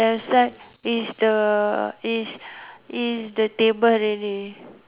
except it's the it's it's the table already